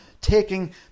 taking